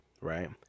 Right